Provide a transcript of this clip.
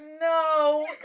no